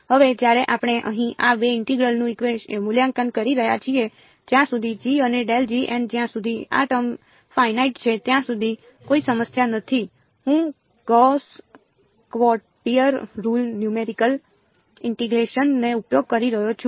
હવે જ્યારે આપણે અહીં આ બે ઇન્ટેગ્રલનું મૂલ્યાંકન કરી રહ્યા છીએ જ્યાં સુધી g અને જ્યાં સુધી આ ટર્મ ફાઇનાઇટ છે ત્યાં સુધી કોઈ સમસ્યા નથી હું Gauss quadrature rule numerical integration નો ઉપયોગ કરી શકું છું